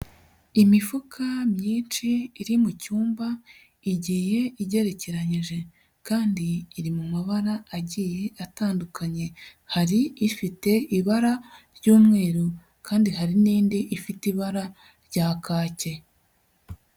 Imifuka myinshi iri mu cyumba igiye igerekeranyije, kandi iri mu mabara agiye atandukanye, hari ifite ibara ry'umweru kandi hari n'indi ifite ibara rya kake.